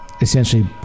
essentially